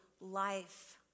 life